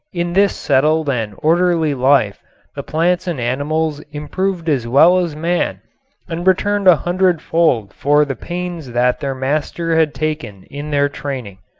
in this settled and orderly life the plants and animals improved as well as man and returned a hundredfold for the pains that their master had taken in their training.